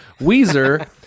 Weezer